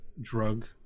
drug